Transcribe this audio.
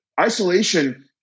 isolation